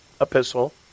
epistle